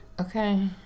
Okay